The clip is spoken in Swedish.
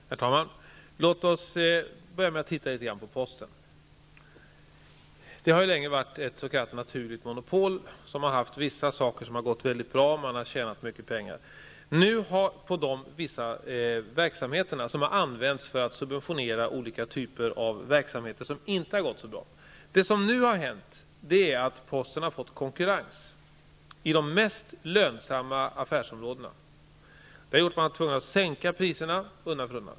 Herr talman! Låt oss börja med att titta litet grand på posten. Posten har länge varit ett s.k. naturligt monopol. Vissa saker har gått väldigt bra och man har tjänat mycket pengar på de verksamheterna, pengar som har använts för att subventionera olika typer av verksamhet som inte har gått så bra. Det som nu har hänt är att posten har fått konkurrens på de mest lönsamma affärsområdena. Det har gjort att man har varit tvungen att sänka priserna undan för undan.